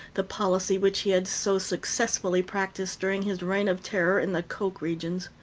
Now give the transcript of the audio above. the policy which he had so successfully practiced during his reign of terror in the coke regions.